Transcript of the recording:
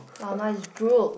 lao nua is drool